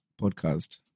podcast